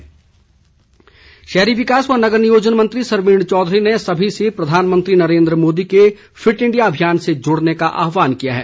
सरवीण चौघरी शहरी विकास व नगर नियोजन मंत्री सरवीण चौधरी ने सभी से प्रधानमंत्री नरेंद्र मोदी के फिट इंडिया अभियान से जुड़ने का आहवान किया है